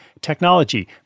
technology